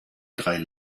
drei